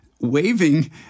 waving